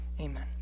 amen